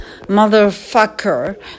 motherfucker